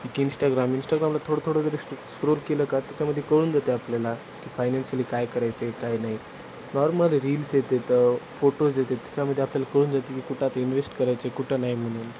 एक इंस्टाग्राम इस्टाग्रामला थोडं थोडं जरी सो स्क्रोल केलं का त्याच्यामध्ये कळून जेते आपल्याला की फायनान्शियली काय करायचेय काय नाही नॉर्मल रील्स येत तर फोटोज देते त्याच्यामध्ये आपल्याला कळून येते की कुठं आता इन्वेस्ट करायचं कुठं नाही म्हणून